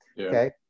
Okay